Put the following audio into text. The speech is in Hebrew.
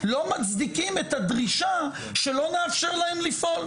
לא מצדיקים את הדרישה שלא נאפשר להם לפעול,